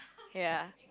ya